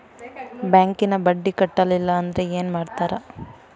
ಬ್ಯಾಂಕಿನ ಬಡ್ಡಿ ಕಟ್ಟಲಿಲ್ಲ ಅಂದ್ರೆ ಏನ್ ಮಾಡ್ತಾರ?